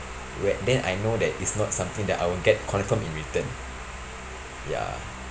where then I know that is not something that I will get confirm in return ya